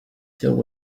filled